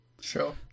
Sure